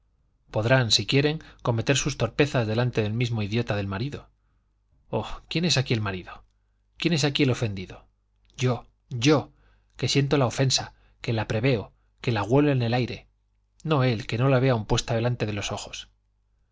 podrán si quieren cometer sus torpezas delante del mismo idiota del marido oh quién es aquí el marido quién es aquí el ofendido yo yo que siento la ofensa que la preveo que la huelo en el aire no él que no la ve aun puesta delante de los ojos